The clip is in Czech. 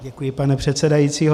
Děkuji, pane předsedající.